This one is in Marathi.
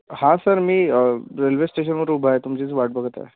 हा सर मी रेल्वे स्टेशनवर उभा आहे तुमचीच वाट बघत आहे